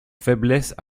faiblesses